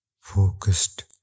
FOCUSED